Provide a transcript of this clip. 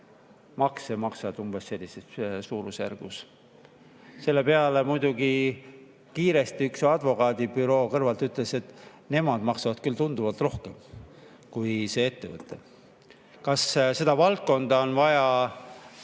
Makse maksavad umbes sellises suurusjärgus. Selle peale muidugi kiiresti üks advokaadibüroo kõrvalt ütles, et nemad maksavad tunduvalt rohkem kui see ettevõte. Kas seda valdkonda on vaja